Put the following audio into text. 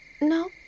No